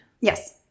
yes